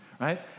right